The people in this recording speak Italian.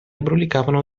brulicavano